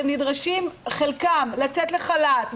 חלקם נדרשים לצאת לחל"ת,